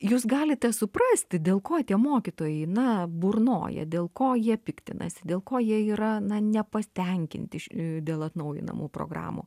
jūs galite suprasti dėl ko tie mokytojai na burnoja dėl ko jie piktinasi dėl ko jie yra na nepatenkinti š dėl atnaujinamų programų